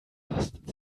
kostet